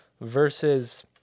versus